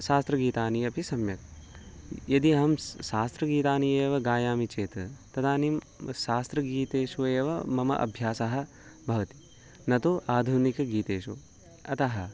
शास्त्रगीतानि अपि सम्यक् यदि अहं स् शास्त्रगीतानि एव गायामि चेत् तदानीं शास्त्रगीतेषु एव मम अभ्यासः भवति न तु आधुनिक गीतेषु अतः